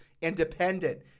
independent